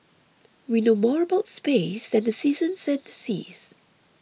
we know more about space than the seasons and the seas